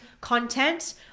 content